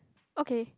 okay